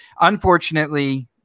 Unfortunately